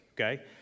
okay